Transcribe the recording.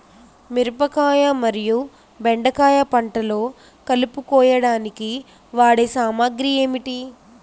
మిరపకాయ మరియు బెండకాయ పంటలో కలుపు కోయడానికి వాడే సామాగ్రి ఏమిటి?